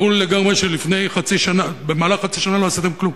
ברור לי לגמרי שבמהלך חצי שנה לא עשיתם כלום.